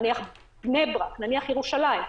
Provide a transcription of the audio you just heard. נניח בני-ברק או ירושלים.